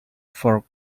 for